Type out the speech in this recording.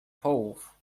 połów